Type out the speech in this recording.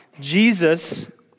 Jesus